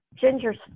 ginger's